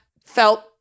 felt